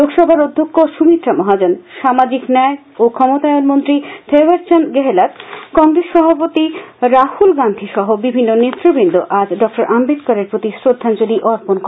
লোকসভার অধ্যক্ষ সুমিত্রা মহাজন সামাজিক ন্যায় ও ফমতায়ন মন্ত্রী থেওরচন্দ্ গেহলত কংগ্রেস সভাপতি রাহুল গান্ধী সহ বিভিন্ন নেতৃবৃন্দ আজ ড আশ্বেদকরের প্রতি শ্রদ্ধাঙ্গলি অর্পণ করেন